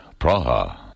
Praha